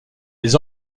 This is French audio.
les